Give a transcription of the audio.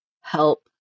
help